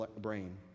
brain